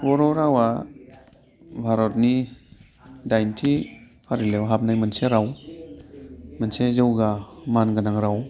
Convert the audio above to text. बर' रावआ भारतनि दाइनथि फारिलाइआव हाबनाय मोनसे राव मोनसे जौगा मानगोनां राव